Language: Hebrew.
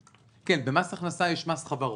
----- כן, במס הכנסה יש מס חברות,